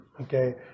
okay